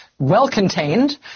well-contained